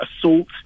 assault